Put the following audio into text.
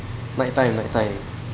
night time night time